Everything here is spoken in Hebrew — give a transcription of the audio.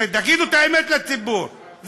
תגידו את האמת לציבור.